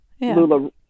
Lula